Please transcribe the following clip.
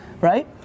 right